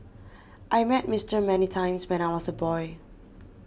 I met Mister many times when I was a boy